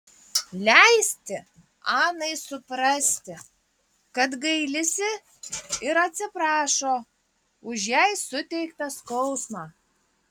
leisti anai suprasti kad gailisi ir atsiprašo už jai suteiktą skausmą